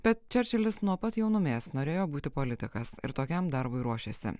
bet čerčilis nuo pat jaunumės norėjo būti politikas ir tokiam darbui ruošėsi